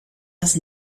das